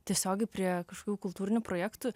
tiesiogiai prie kažkokių kultūrinių projektų